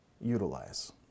utilize